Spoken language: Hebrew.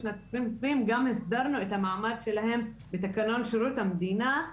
בשנת 2020 גם הסדרנו את המעמד שלהם בתקנון שירות המדינה,